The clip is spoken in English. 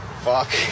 Fuck